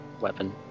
weapon